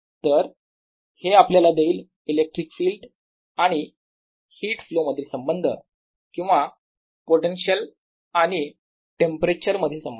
तर हे आपल्याला देईल इलेक्ट्रिक फील्ड आणि हिट फ्लो मधील संबंध किंवा पोटेन्शियल आणि टेंपरेचर मधील संबंध